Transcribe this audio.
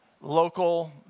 local